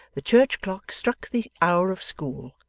the church clock struck the hour of school,